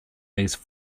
these